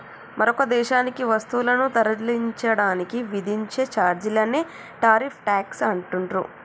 మరొక దేశానికి వస్తువులను తరలించడానికి విధించే ఛార్జీలనే టారిఫ్ ట్యేక్స్ అంటుండ్రు